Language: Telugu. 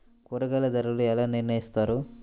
కూరగాయల ధరలు ఎలా నిర్ణయిస్తారు?